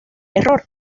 error